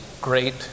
great